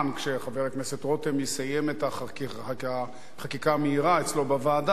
כשחבר הכנסת רותם יסיים את החקיקה המהירה אצלו בוועדה,